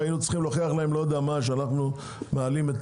והיינו צריכים להוכיח להם שאנחנו מעלים את